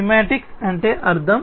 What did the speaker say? semantics అంటే అర్థం